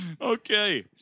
Okay